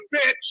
bitch